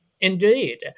indeed